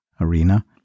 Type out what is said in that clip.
arena